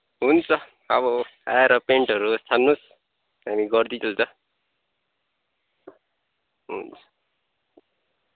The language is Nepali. हुन्छ अब आएर पेन्टहरू छान्नुहोस् हामी गरिदिन्छौँ त हुन्छ